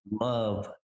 love